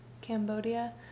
Cambodia